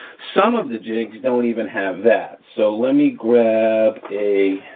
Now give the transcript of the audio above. some of the jigs don't even have that. so let me grab a,